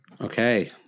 Okay